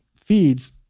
feeds